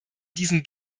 diesen